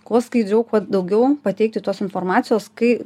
kuo skaidriau kuo daugiau pateikti tos informacijos kai